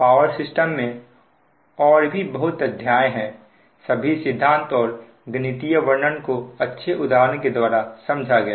power system में और भी बहुत अध्याय हैं सभी सिद्धांत और गणितीय वर्णन को अच्छे उदाहरण के द्वारा समझा गया